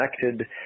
connected